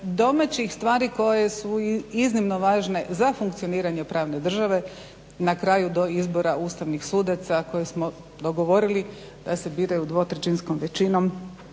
domaćih stvari koje su iznimno važne za funkcioniranje pravne države na kraju do izbora ustavnih sudaca koje smo dogovorili da se biraju dvotrećinskom većinom